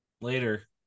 later